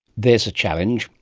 there's a challenge.